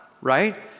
right